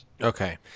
Okay